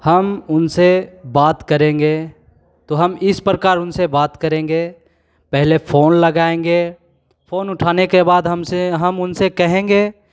हम उनसे बात करेंगे तो हम इस प्रकार उनसे बात करेंगें पहले फ़ोन लगाएँगे फ़ोन उठाने के बाद हमसे हम उनसे कहेंगें